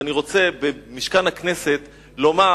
אז אני רוצה ממשכן הכנסת לומר: